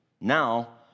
Now